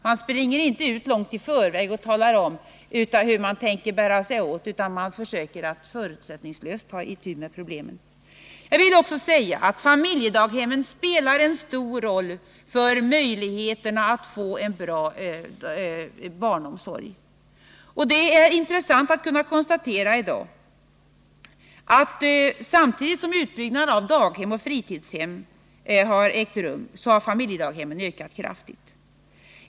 Man springer inte långt i förväg ut och talar om hur man tänker bära sig åt, utan man försöker förutsättningslöst ta itu med problemen. Familjedaghemmen spelar en stor roll för möjligheterna att få en bra barnomsorg. Det är intressant att i dag kunna konstatera att samtidigt som utbyggnaden av daghem och fritidshem har ägt rum har också antalet familjedaghem ökat kraftigt.